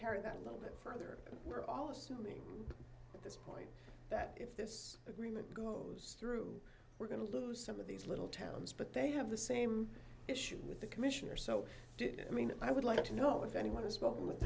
carry that little bit further we're all assuming that if this agreement goes through we're going to lose some of these little towns but they have the same issues with the commissioner so i mean i would like to know if anyone has spoken with